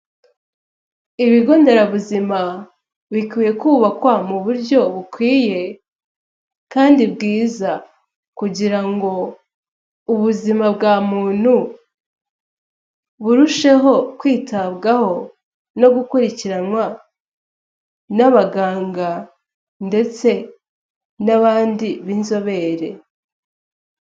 Ibigo nderabuzima bikwiye kubakwa mu buryo bukwiye kandi bwiza kugira ngo ubuzima bwa muntu burusheho kwitabwaho no gukurikiranwa n'abaganga ndetse n'abandi b'inzobere.